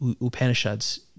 Upanishads